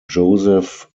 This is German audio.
joseph